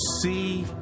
see